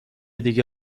دیگه